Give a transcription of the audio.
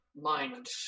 mind